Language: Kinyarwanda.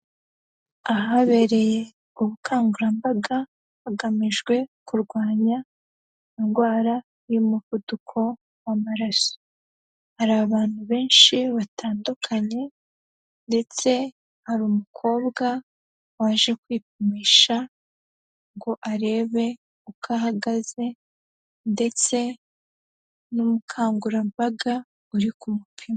Ahabereye ubukangurambaga, hagamijwe kurwanya indwara y'umuvuduko w'amaraso, hari abantu benshi batandukanye ndetse hari umukobwa waje kwipimisha, ngo arebe uko ahagaze ndetse n'umukangurambaga uri kumupima.